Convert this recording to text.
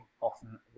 often